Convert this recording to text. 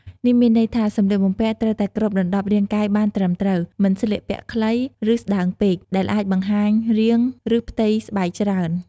នេះមានន័យថា សម្លៀកបំពាក់ត្រូវតែគ្របដណ្ដប់រាងកាយបានត្រឹមត្រូវ មិនស្លៀកពាក់ខ្លី ឬស្តើងពេកដែលអាចបង្ហាញរាង ឬផ្ទៃស្បែកច្រើន។